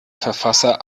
verfasser